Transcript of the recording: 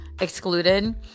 excluded